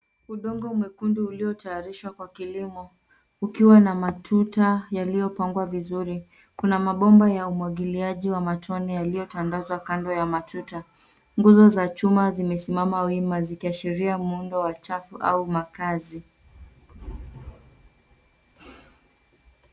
Udongo mwekundu uliotayarishwa kwa kilimo, ukiwa na matuta yaliyopangwa vizuri. Kuna mabomba ya umwagiliaji wa matone yaliyotandazwa kando matuta. Nguzo za chuma zimesimama wima zikiashiria muundo wa chafu au makazi.